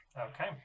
Okay